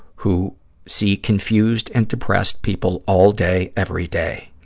who see confused and depressed people all day every day.